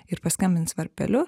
ir paskambins varpeliu